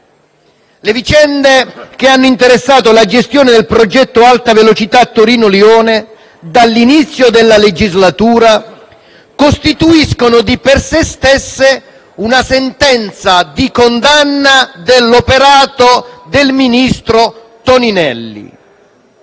Le vicende che hanno interessato la gestione del progetto Alta Velocità Torino-Lione dall'inizio della legislatura costituiscono, di per sé stesse, una sentenza di condanna dell'operato del ministro Toninelli